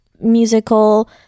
musical